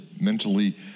mentally